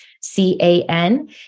C-A-N